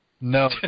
No